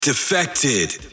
Defected